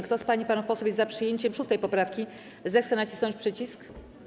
Kto z pań i panów posłów jest za przyjęciem 6. poprawki, zechce nacisnąć przycisk.